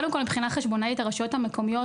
מבחינה חשבונאית,